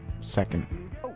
second